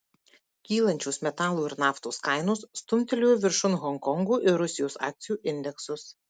kylančios metalų ir naftos kainos stumtelėjo viršun honkongo ir rusijos akcijų indeksus